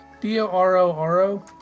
D-O-R-O-R-O